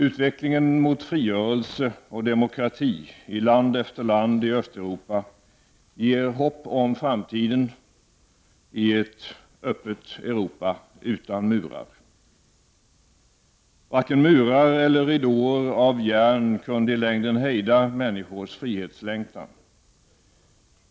Utvecklingen mot frigörelse och demokrati i land efter land i Östeuropa ger hopp om framtiden i ett öppet Europa utan murar. Varken murar eller ridåer av järn kunde i längden hejda människors frihetslängtan.